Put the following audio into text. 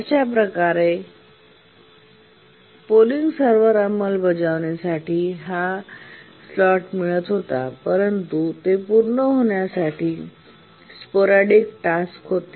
अशा प्रकारे polling server अंमलबजावणी साठी हा स्लॉट मिळत होता परंतु ते पूर्ण होण्यापूर्वी स्पोरॅडिक टास्क होते